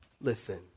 Listen